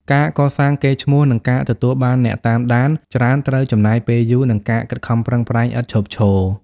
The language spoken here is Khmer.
ការកសាងកេរ្តិ៍ឈ្មោះ និងការទទួលបានអ្នកតាមដានច្រើនត្រូវចំណាយពេលយូរ និងការខិតខំប្រឹងប្រែងឥតឈប់ឈរ។